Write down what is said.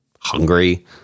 hungry